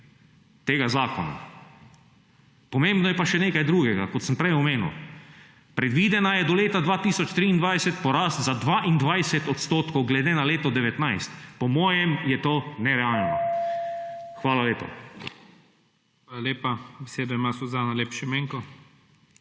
tega zakona. Pomembno je pa še nekaj drugega, kot sem prej omenil, predvidena je do leta 2023 porast za 22 odstotkov glede na leto 2019. Po mojem je to nerealno. Hvala lepa.